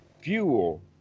fuel